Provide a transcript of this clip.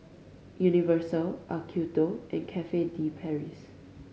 Universal Acuto and Cafe De Paris